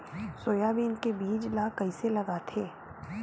Soybean के बीज ल कइसे लगाथे?